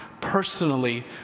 personally